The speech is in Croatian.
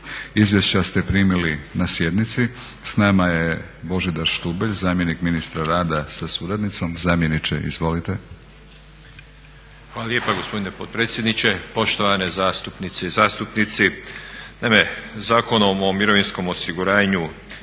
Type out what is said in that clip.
Izvješće ste primili na sjednici. Sa nama je Božidar Štubelj, zamjenik ministra rada sa suradnicom. Zamjeniče izvolite. **Štubelj, Božidar** Hvala lijepa gospodine potpredsjedniče, poštovane zastupnice i zastupnici. Naime, Zakonom o mirovinskom osiguranju